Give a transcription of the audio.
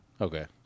Okay